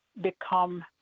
become